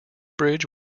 bridge